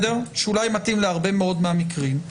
שאולי מתאים להרבה מאוד מהמקרים,